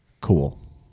Cool